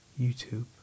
YouTube